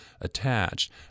attached